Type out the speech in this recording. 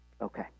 Okay